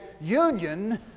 union